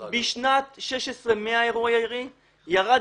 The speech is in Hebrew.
בשנת 2016 היו 100 אירועי ירי והמספר ירד